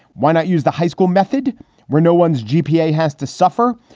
why not use the high school method where no one's gpa has to suffer?